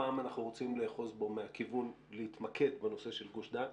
הפעם אנחנו רוצים להתמקד בנושא של גוש דן